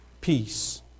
peace